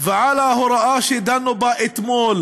ועל ההוראה שדנו בה אתמול,